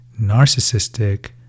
narcissistic